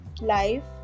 Life